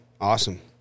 Awesome